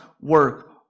work